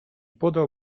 podał